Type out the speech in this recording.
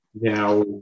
Now